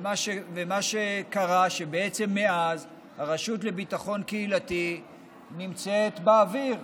ומה שקרה זה שבעצם מאז הרשות לביטחון קהילתי נמצאת באוויר,